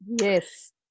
Yes